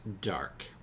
dark